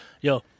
Yo